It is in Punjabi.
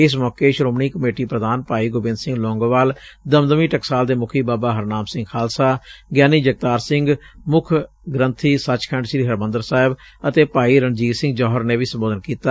ਇਸ ਮੌਕੇ ਸ਼ੋਮਣੀ ਕਮੇਟੀ ਪ੍ਧਾਨ ਭਾਈ ਗੋਬਿੰਦ ਸਿੰਘ ਲੌਂਗੋਵਾਲ ਦਮਦਮੀ ਟਕਸਾਲ ਦੇ ਮੁਖੀ ਬਾਬਾ ਹਰਨਾਮ ਸਿੰਘ ਖ਼ਾਲਸਾ ਗਿਆਨੀ ਜਗਤਾਰ ਸਿੰਘ ਮੁੱਖ ਗ੍ਰੰਥੀ ਸੱਚਖੰਡ ਸ੍ਰੀ ਹਰਿਮੰਦਰ ਸਾਹਿਬ ਅਤੇ ਭਾਈ ਰਣਜੀਤ ਸਿੰਘ ਜੋਹਰ ਨੇ ਵੀ ਸੰਬੋਧਨ ਕੀਤਾ